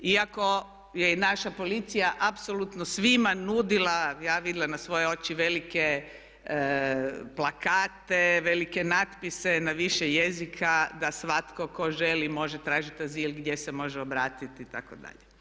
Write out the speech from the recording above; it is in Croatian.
Iako je i naša policija apsolutno svima nudila ja vidjela na svoje oči, velike plakate, velike natpise na više jezika da svatko tko želi može tražiti azil, gdje se može obratiti itd.